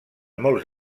molts